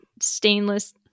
stainless